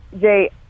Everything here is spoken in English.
Jay